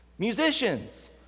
Musicians